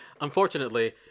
Unfortunately